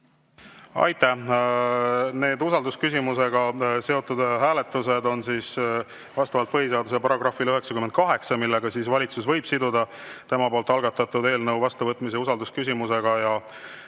Aitäh! Need usaldusküsimusega seotud hääletused on vastavalt põhiseaduse §‑le 98, mille kohaselt valitsus võib siduda enda algatatud eelnõu vastuvõtmise usaldusküsimusega.